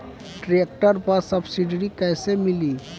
Tractor पर subsidy कैसे मिली?